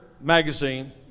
magazine